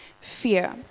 fear